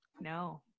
No